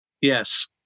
Yes